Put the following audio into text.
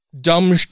Dumb